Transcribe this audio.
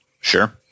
sure